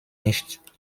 nicht